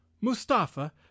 Mustafa